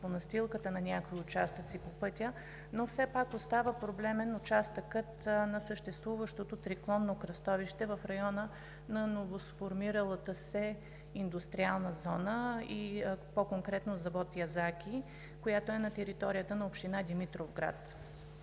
по настилката на някои участъци по пътя, но все пак остава проблемен участъкът на съществуващото триклонно кръстовище в района на новосформиралата се индустриална зона – по-конкретно завод „Язаки“, която е на територията на община Димитровград.